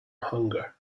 hunger